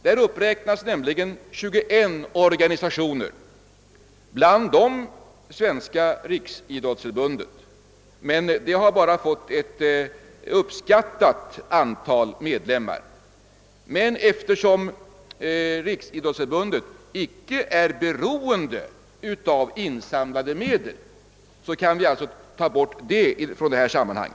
Där uppräknas nämligen 21 organisationer, bl.a. Riksidrottsförbundet, vars medlemsantal man endast uppskattningsvis redovisar. Men eftersom Riksidrottsförbundet inte är beroende av insamlade medel kan vi i detta sammanhang bortse från denna organisation.